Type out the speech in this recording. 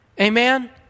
Amen